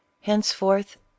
henceforth